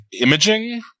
imaging